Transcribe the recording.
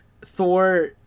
Thor